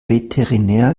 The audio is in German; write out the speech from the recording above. veterinär